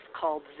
called